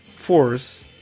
Force